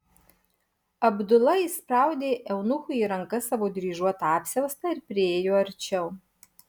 abdula įspraudė eunuchui į rankas savo dryžuotą apsiaustą ir priėjo arčiau